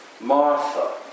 Martha